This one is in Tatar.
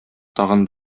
тагын